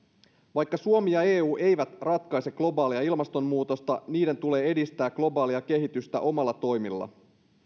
vaikka suomi ja eu eivät ratkaise globaalia ilmastonmuutosta niiden tulee edistää globaalia kehitystä omilla toimillaan